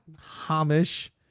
Hamish